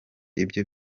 ibyo